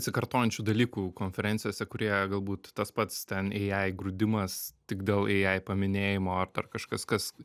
atsikartojančių dalykų konferencijose kurie galbūt tas pats ten ai grūdimas tik dėl ai paminėjimo ar dar kažkas kas